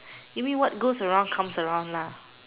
you mean what goes around comes around lah